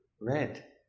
red